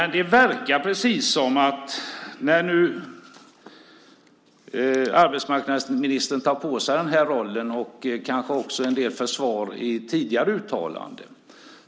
Nu tar arbetsmarknadsministern på sig den här rollen och uttalar kanske också en del försvar i tidigare uttalanden.